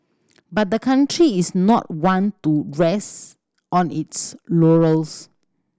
but the country is not one to rest on its laurels